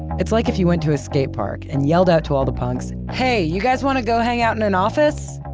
it's like if you went to a skate park and yelled out to all the punks hey, you guys wanna go hang out in an office?